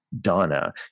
Donna